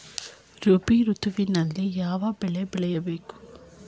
ರಾಬಿ ಋತುವಿನಲ್ಲಿ ಯಾವ ಬೆಳೆ ಬೆಳೆಯ ಬೇಕು?